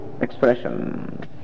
expression